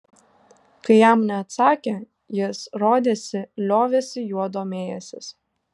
kai jam neatsakė jis rodėsi liovėsi juo domėjęsis